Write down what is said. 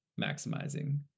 maximizing